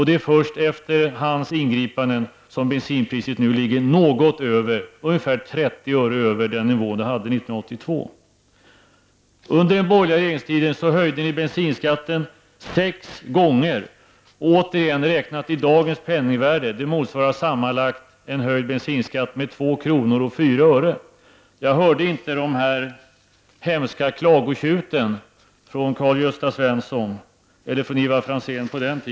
Det är först efter Husseins ingripanden som bensinpriset ligger något över -- det rör sig om ungefär 30 öre -- 1982 års nivå. Under den borgerliga regeringstiden höjdes bensinskatten sex gånger. Det motsvarar -- återigen i dagens penningvärde -- en höjning av bensinskatten med 2:04. Jag hörde inte några hemska klagotjut från Karl-Gösta Svenson eller Ivar Franzén på den tiden.